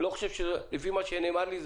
לפי מה שנאמר לי,